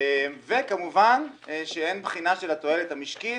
וכמובן שאין בחינה של התועלת המשקית,